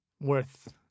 worth